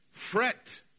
Fret